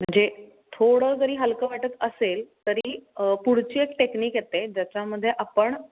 म्हणजे थोडं जरी हलकं वाटत असेल तरी पुढची एक टेक्निक येते ज्याच्यामध्ये आपण